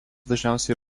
dažniausiai